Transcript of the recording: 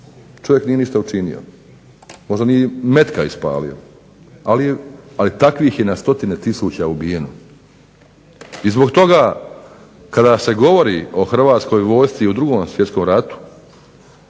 Čovjek nije ništa učinio, možda nije metka ispalio, ali takvih je na stotine tisuća ubijeno. I zbog toga kada se govori o Hrvatskoj vojsci u Drugom svjetskom ratu